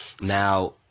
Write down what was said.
Now